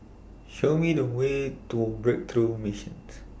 Show Me The Way to Breakthrough Missions